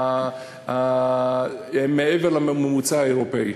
הן מעבר לממוצע האירופי.